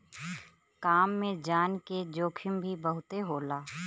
काम में जान के जोखिम भी बहुते होला